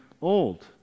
old